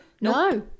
No